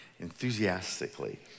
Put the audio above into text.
enthusiastically